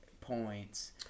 points